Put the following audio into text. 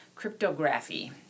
cryptography